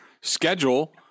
schedule